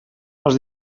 els